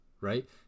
right